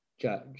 Judge